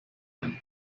ein